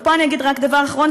ופה אני אגיד רק דבר אחרון,